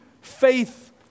faith